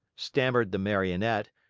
stammered the marionette,